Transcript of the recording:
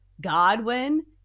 Godwin